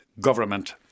government